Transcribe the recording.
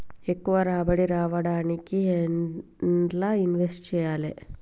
ఎక్కువ రాబడి రావడానికి ఎండ్ల ఇన్వెస్ట్ చేయాలే?